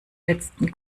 letzten